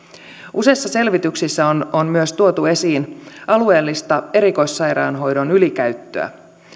useissa selvityksissä on on myös tuotu esiin alueellista erikoissairaanhoidon ylikäyttöä